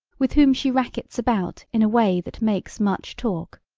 with whom she rackets about in a way that makes much talk.